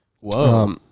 Whoa